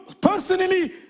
personally